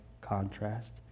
contrast